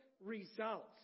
results